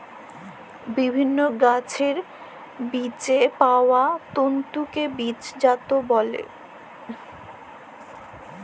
বিভিল্ল্য গাহাচের বিচেল্লে পাউয়া তল্তুকে বীজজাত ব্যলে